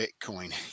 Bitcoin